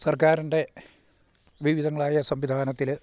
സർക്കാരിൻ്റെ വിവിധങ്ങളായ സംവിധാനത്തിൽ